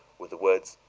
were the words,